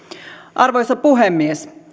arvoisa puhemies